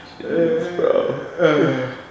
bro